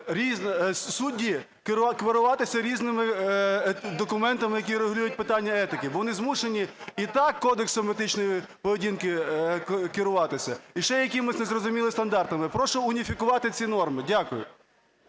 судді керуватися різними документами, які регулюють питання етики, бо вони змушені і так Кодексом етичної поведінки керуватися і ще якимось незрозумілими стандартами. Прошу уніфікувати ці норми. Дякую.